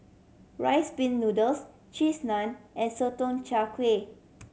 Rice Pin Noodles Cheese Naan and Sotong Char Kway